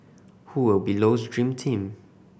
who will be Low's dream team